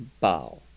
bow